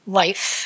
life